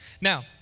now